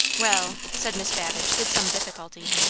well, said miss babbage with some difficulty,